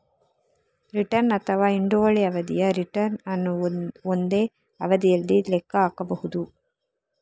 return ಅಥವಾ ಹಿಡುವಳಿ ಅವಧಿಯ ರಿಟರ್ನ್ ಅನ್ನು ಒಂದೇ ಅವಧಿಯಲ್ಲಿ ಲೆಕ್ಕ ಹಾಕಬಹುದು